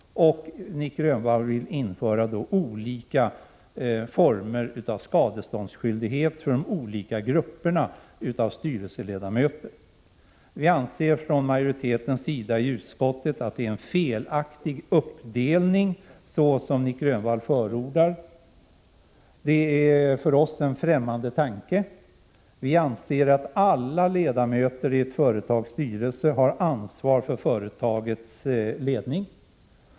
Nic Grönvall villinföra olika former av skadeståndsskyldighet för de de olika grupperna av styrelseledamöter. Vi i utskottsmajoriteten anser att det är en felaktig uppdelning som Nic Grönvall förordar. Det är för oss en främmande tanke. Vi anser att alla ledamöter i ett företags styrelse har ansvar för företagets ledning.